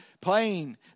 playing